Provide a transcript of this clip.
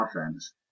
offense